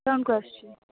phone କରୁଛି